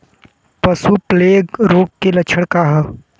पशु प्लेग रोग के लक्षण का ह?